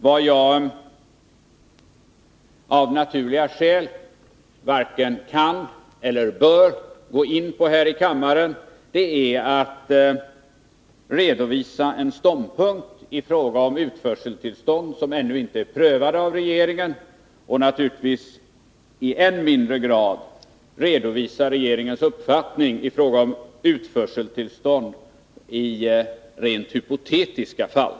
Vad jag av naturliga skäl varken kan eller bör gå in på här i kammaren är att redovisa en ståndpunkt i fråga om de utförseltillstånd som ännu inte är prövade av regeringen, och naturligtvis i ännu mindre grad redovisa regeringens uppfattning i fråga om utförseltillstånd i rent hypotetiska fall.